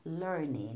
learning